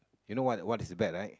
you know what what is a bet right